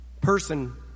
person